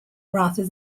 rather